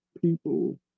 people